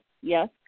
yes